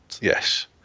yes